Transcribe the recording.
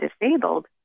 disabled